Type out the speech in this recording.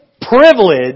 privilege